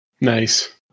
Nice